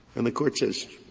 and the court says,